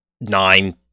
nine